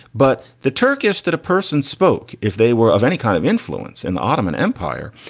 but the turkish that a person spoke, if they were of any kind of influence in the ottoman empire,